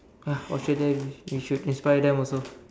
you should inspire them also